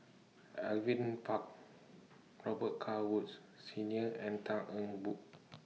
Alvin Pang Robet Carr Woods Senior and Tan Eng Bock